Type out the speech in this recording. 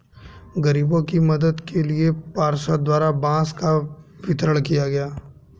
गरीबों के मदद के लिए पार्षद द्वारा बांस का वितरण किया गया